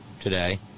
today